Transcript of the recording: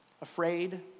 afraid